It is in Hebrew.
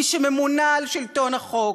מי שממונה על שלטון החוק,